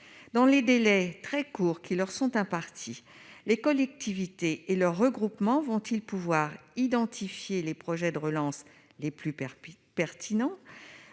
Dans les délais très courts qui leur sont impartis, les collectivités et leurs regroupements pourront-ils identifier les projets de relance les plus pertinents ?